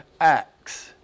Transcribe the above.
acts